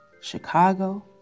Chicago